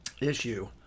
issue